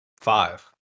five